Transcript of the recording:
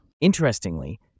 Interestingly